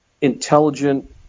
intelligent